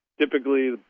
typically